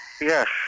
Yes